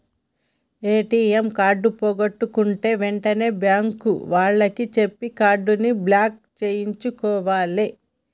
ATM card పోగొట్టుకుంటే వెంటనే bank వాళ్లకి చెప్పి కార్డుని బ్లాక్ చేయించుకోవాలే